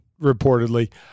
reportedly